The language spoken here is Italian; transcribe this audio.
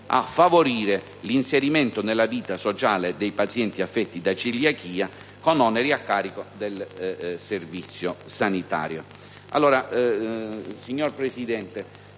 a favorire l'inserimento nella vita sociale dei pazienti affetti da celiachia con oneri a carico del Servizio sanitario.